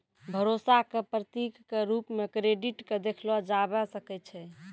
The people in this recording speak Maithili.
भरोसा क प्रतीक क रूप म क्रेडिट क देखलो जाबअ सकै छै